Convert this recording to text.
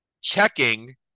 checking